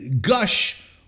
gush